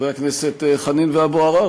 חברי הכנסת חנין ואבו עראר,